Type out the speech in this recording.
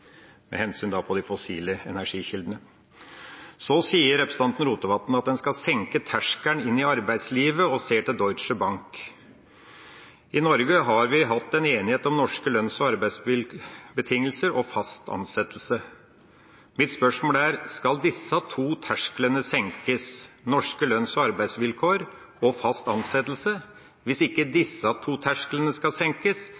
med hensyn til de fossile energikildene. Så sier representanten Rotevatn at man skal senke terskelen inn i arbeidslivet og se til Deutsche Bank. I Norge har vi hatt en enighet om norske lønns- og arbeidsbetingelser og fast ansettelse. Mitt spørsmål er: Skal disse to tersklene senkes – norske lønns- og arbeidsvilkår og fast ansettelse? Hvis ikke disse to tersklene skal senkes,